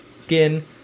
skin